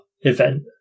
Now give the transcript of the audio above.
event